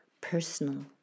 personal